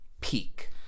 peak